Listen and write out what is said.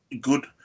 good